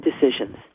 decisions